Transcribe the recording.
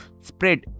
spread